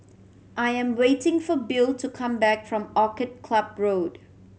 I am waiting for Bill to come back from Orchid Club Road